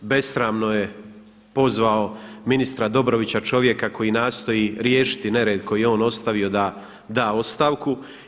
Besramno je pozvao ministra Dobrovića, čovjeka koji nastoji riješiti nered koji je on ostavio da da ostavku.